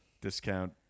Discount